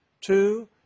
Two